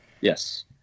Yes